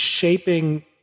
shaping